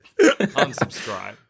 unsubscribe